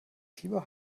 fieber